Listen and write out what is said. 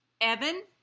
Evan